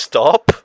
Stop